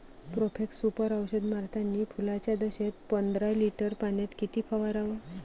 Profex Super औषध मारतानी फुलाच्या दशेत पंदरा लिटर पाण्यात किती फवाराव?